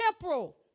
temporal